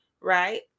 right